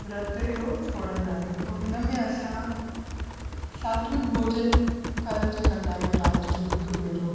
विर्तु इहो छोड़ंदा आहियूं ऐं इनमें असां सात्विक भोजन करण जी कंदा आहियूं राति जो हिकु भेरो